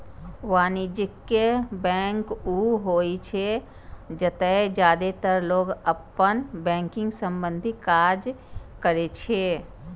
वाणिज्यिक बैंक ऊ होइ छै, जतय जादेतर लोग अपन बैंकिंग संबंधी काज करै छै